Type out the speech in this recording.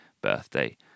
birthday